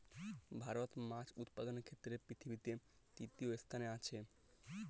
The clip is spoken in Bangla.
ভারত মাছ উৎপাদনের ক্ষেত্রে পৃথিবীতে তৃতীয় স্থানে আছে